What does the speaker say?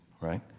Right